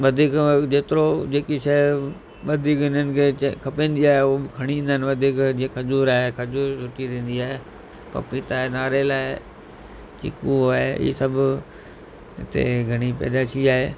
वधीक जेतिरो जेकी शइ वधीक हिननि खे चए खपेंदी आहे उहो बि खणी ईंदा आहिनि वधीक जीअं खजूर आहे खजूर सुठी थींदी आहे पपीता आहे नारेल आहे चीकू आहे हीअ सभु हिते घणी पैदाशी आहे